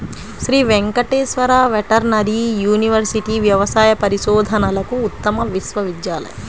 Shri Venkateswara veterinary university వ్యవసాయ పరిశోధనలకు ఉత్తమ విశ్వవిద్యాలయం